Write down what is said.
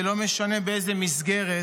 ולא משנה באיזו מסגרת,